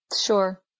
sure